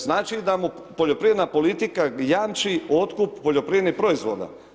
Znači, da mu poljoprivredna politika jamči otkup poljoprivrednih proizvoda.